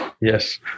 Yes